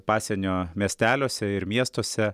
pasienio miesteliuose ir miestuose